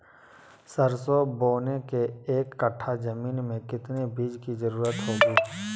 सरसो बोने के एक कट्ठा जमीन में कितने बीज की जरूरत होंगी?